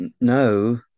No